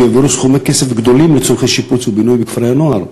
העבירו סכומי כסף גדולים לצורכי שיפוץ ובינוי בכפרי-הנוער.